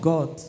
God